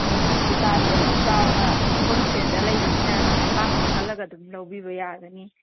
ꯍꯣꯏ ꯗꯨꯀꯥꯟ ꯑꯗꯨꯝ ꯆꯥꯎꯅ ꯍꯣꯜꯁꯦꯜꯗ ꯂꯩꯕꯅꯤꯅ ꯑꯗꯨꯝ ꯑꯄꯥꯝꯕ ꯈꯜꯂꯒ ꯑꯗꯨꯝ ꯂꯧꯕꯤꯕ ꯌꯥꯒꯅꯤ